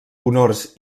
honors